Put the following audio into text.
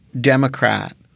Democrat